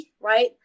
right